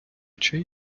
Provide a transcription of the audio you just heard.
очей